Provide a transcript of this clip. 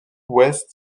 ouest